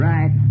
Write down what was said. Right